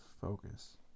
focus